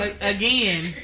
Again